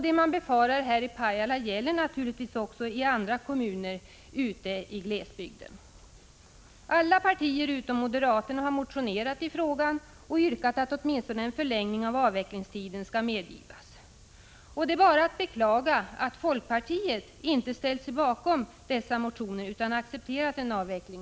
Det man befarar i Pajala gäller naturligtvis också i andra kommuner ute i glesbygden. Alla partier utom moderaterna har motionerat i frågan och yrkat att åtminstone en förlängning av avvecklingstiden skall medgivas. Det är bara att beklaga, Sigge Godin, att folkpartiet inte ställt sig bakom dessa motioner utan accepterat en avveckling.